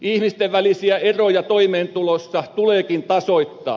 ihmisten välisiä eroja toimeentulossa tuleekin tasoittaa